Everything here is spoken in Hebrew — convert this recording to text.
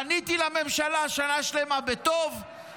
פניתי לממשלה שנה שלמה בטוב,